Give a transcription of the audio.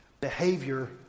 behavior